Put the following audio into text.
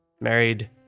married